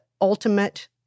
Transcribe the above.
ultimate